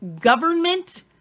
government